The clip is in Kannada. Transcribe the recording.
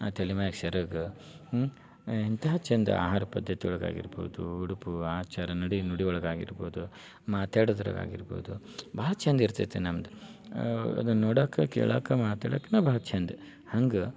ಆ ತೆಲಿಮ್ಯಾಗ ಸೆರಗ ಎಂತ ಚಂದ ಆಹಾರ ಪದ್ಧತಿ ಒಳ್ಗಾಗಿರ್ಬೋದು ಉಡುಪು ಆಚಾರ ನಡೆ ನುಡಿ ಒಳ್ಗಾಗಿರ್ಬೋದು ಮಾತಾಡುದ್ರಾಗಾಗಿರ್ಬೋದು ಭಾಳ ಚಂದಿರ್ತೈತಿ ನಮ್ದು ಅದನ್ನ ನೋಡಾಕೆ ಕೇಳಾಕೆ ಮಾತಾಡಕ್ನ ಭಾಳ ಛಂದ ಹಂಗೆ